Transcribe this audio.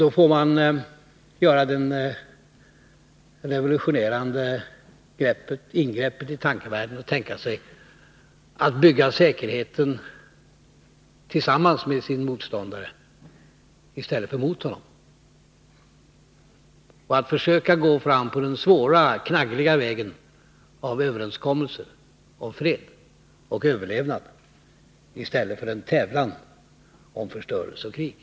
Då får man göra det revolutionerande ingreppet i tankevärlden att ställa in sig på att bygga säkerheten tillsammans med sin motståndare i stället för mot honom. Då får man gå fram på den svåra, knaggliga vägen av överenskommelser om fred och överlevnad i stället för att inrikta sig på en tävlan om förstörelse och krig.